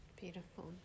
beautiful